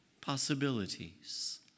possibilities